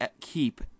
keep